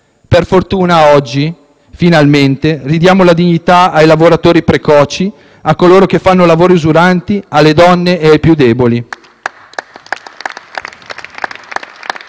Per fortuna, oggi finalmente ridiamo dignità ai lavoratori precoci, a coloro che fanno lavori usuranti, alle donne e ai più deboli.